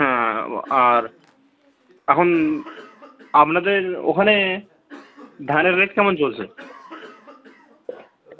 হ্যাঁ আর এখন আপনাদের ওখানে ধানের রেট কেমন চলছে